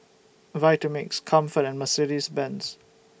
Vitamix Comfort and Mercedes Benz